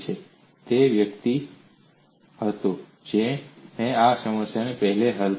તે તે વ્યક્તિ હતો જેણે આ સમસ્યાને પહેલા હલ કરી